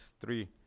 three